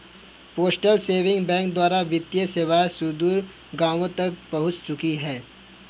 postal saving bank द्वारा वित्तीय सेवाएं सुदूर गाँवों तक पहुंच चुकी हैं